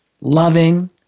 loving